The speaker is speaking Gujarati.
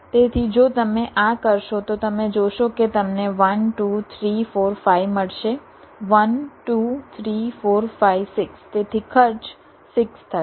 તેથી જો તમે આ કરશો તો તમે જોશો કે તમને 1 2 3 4 5 મળશે 1 2 3 4 5 6 તેથી ખર્ચ 6 થશે